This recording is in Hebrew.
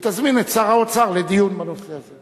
ותזמין את שר האוצר לדיון בנושא הזה.